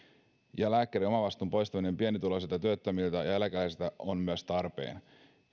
ja lääkkeiden omavastuun poistaminen pienituloisilta työttömiltä ja eläkeläisiltä on myös tarpeen